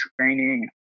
training